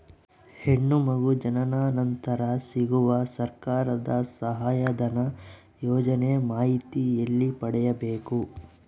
ಹೆಣ್ಣು ಮಗು ಜನನ ನಂತರ ಸಿಗುವ ಸರ್ಕಾರದ ಸಹಾಯಧನ ಯೋಜನೆ ಮಾಹಿತಿ ಎಲ್ಲಿ ಪಡೆಯಬೇಕು?